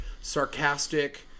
sarcastic